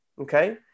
Okay